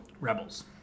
Rebels